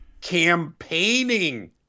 campaigning